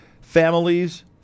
families